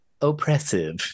oppressive